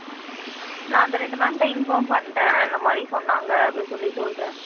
ம் நான் அந்த ரெண்டு மேம்கிட்ட இன்ஃபார்ம் பண்ணுறேன் இந்த மாதிரி சொன்னாங்க அப்டினு சொல்லி சொல்கிறேன்